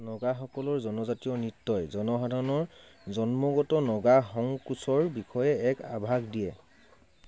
নগাসকলৰ জনজাতীয় নৃত্যই জনসাধাৰণৰ জন্মগত নগা সংকোচৰ বিষয়ে এক আভাস দিয়ে